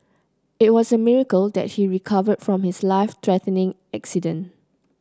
it was a miracle that he recover from his life threatening accident